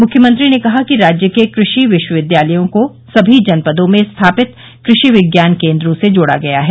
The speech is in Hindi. मुख्यमंत्री ने कहा कि राज्य के कृषि विश्वविद्यालयों को समी जनपदों में स्थापित कृषि विज्ञान केन्द्रों से जोड़ा गया है